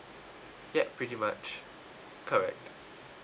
yup pretty much correct